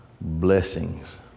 blessings